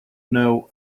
know